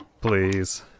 Please